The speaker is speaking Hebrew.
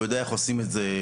הוא יודע איך עושים את זה.